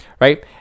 right